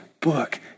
book